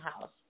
house